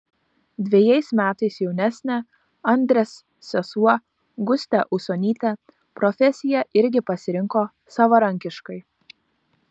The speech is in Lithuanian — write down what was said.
dvejais metais jaunesnė andrės sesuo gustė usonytė profesiją irgi pasirinko savarankiškai